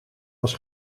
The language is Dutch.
was